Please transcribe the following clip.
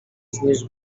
znieść